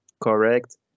correct